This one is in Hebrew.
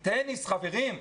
טניס, חברים,